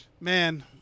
Man